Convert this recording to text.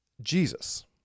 Jesus